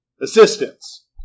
assistance